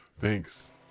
Thanks